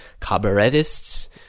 cabaretists